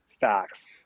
facts